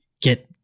get